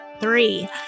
three